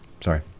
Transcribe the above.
Sorry